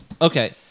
Okay